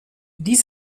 dies